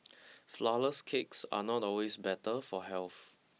flourless cakes are not always better for health